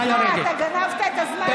נא לרדת.